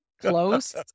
Close